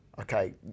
okay